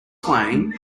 playing